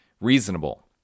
reasonable